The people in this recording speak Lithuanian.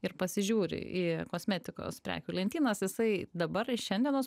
ir pasižiūri į kosmetikos prekių lentynas jisai dabar šiandienos